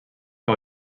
que